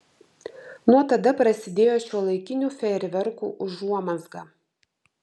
nuo tada prasidėjo šiuolaikinių fejerverkų užuomazga